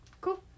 Cool